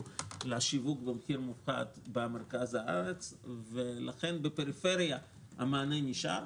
לשיווק במחיר מופחת במרכז הארץ ולכן בפריפריה המענה נשאר,